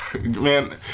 Man